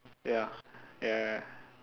ya ya ya